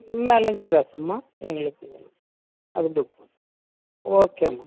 உள்ள அளவுக்கு ஏதாச்சுமா எங்களுக்கு அது ஓகேங்க